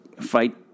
fight